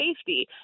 safety